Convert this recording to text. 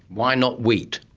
why not wheat?